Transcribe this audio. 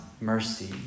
mercy